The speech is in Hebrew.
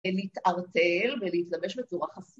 ‫להתערטל ולהתלבש בצורה חשופה.